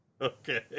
Okay